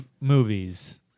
movies